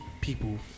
people